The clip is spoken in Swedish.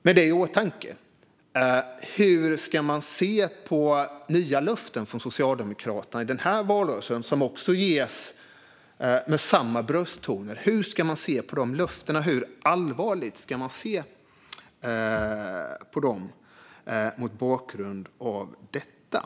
Med detta i åtanke, hur ska man se på nya löften från Socialdemokraterna som avges med samma brösttoner i den här valrörelsen? Hur allvarligt ska man se på dessa löften mot bakgrund av detta?